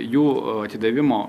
jų atidavimo